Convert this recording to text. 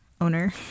owner